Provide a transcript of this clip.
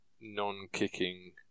non-kicking